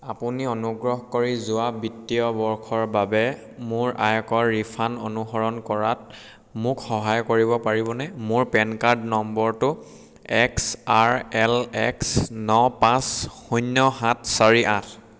আপুনি অনুগ্ৰহ কৰি যোৱা বিত্তীয় বৰ্ষৰ বাবে মোৰ আয়কৰ ৰিফাণ্ড অনুসৰণ কৰাত মোক সহায় কৰিব পাৰিবনে মোৰ পেন কাৰ্ড নম্বৰটো X R L X N পাঁচ শূন্য সাত চাৰি আঠ